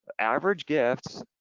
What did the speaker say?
average gifts,